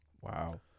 Wow